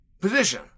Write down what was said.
position